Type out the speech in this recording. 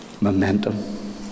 momentum